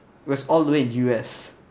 it was all the way in U_S